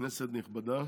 כנסת נכבדה,